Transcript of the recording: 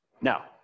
Now